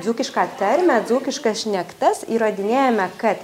dzūkišką tarmę dzūkiškas šnektas įrodinėjome kad